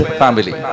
family